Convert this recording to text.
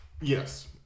Yes